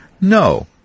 No